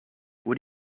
what